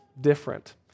different